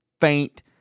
faint